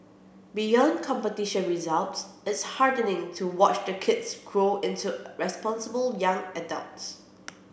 beyond competition results it's heartening to watch the kids grow into responsible young adults